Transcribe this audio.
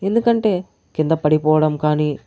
ఎందుకంటే కింద పడిపోవడం కాని